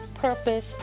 purpose